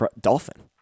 Dolphin